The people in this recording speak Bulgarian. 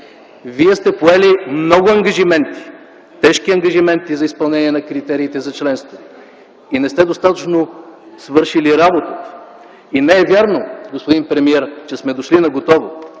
„Вие сте поели много ангажименти, тежки ангажименти за изпълнение на критериите за членство и не сте свършили достатъчно работа”. И не е вярно, господин премиер, че сме дошли наготово.